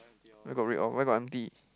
where got read off where got empty